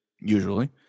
usually